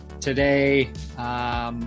today